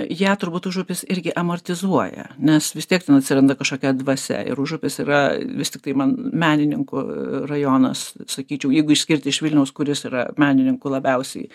ją turbūt užupis irgi amortizuoja nes vis tiek ten atsiranda kažkokia dvasia ir užupis yra vis tiktai man menininkų rajonas sakyčiau jeigu išskirti iš vilniaus kuris yra menininkų labiausiai